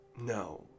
no